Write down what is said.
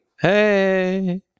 Hey